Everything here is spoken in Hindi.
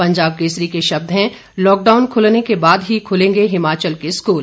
पंजाब केसरी के शब्द हैं लॉकडाउन खुलने के बाद ही खुलेंगे हिमाचल के स्कूल